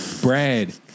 Brad